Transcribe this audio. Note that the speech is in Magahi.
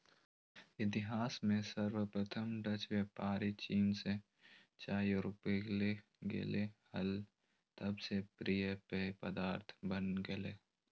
इतिहास में सर्वप्रथम डचव्यापारीचीन से चाययूरोपले गेले हल तब से प्रिय पेय पदार्थ बन गेलय